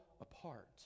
apart